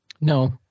No